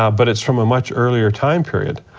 um but it's from a much earlier time period.